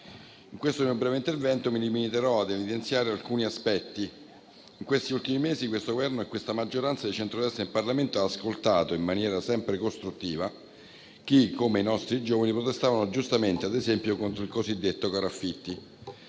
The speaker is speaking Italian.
In questo mio breve intervento mi limiterò ad evidenziare alcuni aspetti. In questi ultimi mesi questo Governo e questa maggioranza di centrodestra in Parlamento ha ascoltato, in maniera sempre costruttiva, chi - come i nostri giovani - protestavano giustamente, ad esempio, contro il cosiddetto caro affitti.